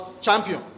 champion